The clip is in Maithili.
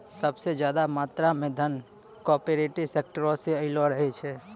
सभ से ज्यादा मात्रा मे धन कार्पोरेटे सेक्टरो से अयलो करे छै